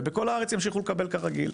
ובכל הארץ ימשיכו לקבל כרגיל.